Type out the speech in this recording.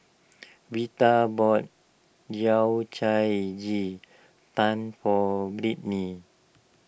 Veta bought Yao Cai Ji Tang for Brittney